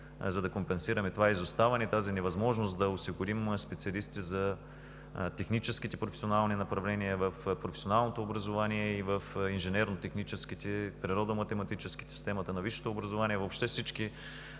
за да компенсираме изоставането и тази невъзможност да осигурим специалисти за техническите професионални направления в професионалното образование и в инженерно-техническите, в природо-математическите, в системата на висшето образование, въобще всички